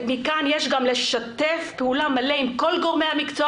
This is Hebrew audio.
יש לשתף פעולה באופן מלא עם כל גורמי המקצוע